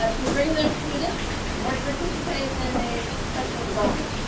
ah to bring their students or to participate in a professional development?